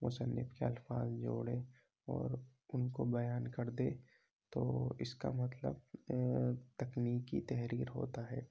مصنف کے الفاظ جوڑے اور ان کو بیان کر دے تو اس کا مطلب تکنیکی تحریر ہوتا ہے